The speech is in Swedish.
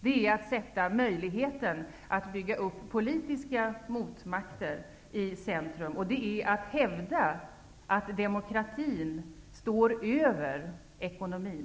Det här är att skapa möjligheten att bygga upp politiska motmakter i centrum, och det är att hävda att demokratin står över ekonomin.